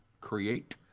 create